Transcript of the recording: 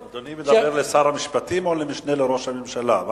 אדוני מדבר לשר המשפטים או למשנה לראש הממשלה?